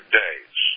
days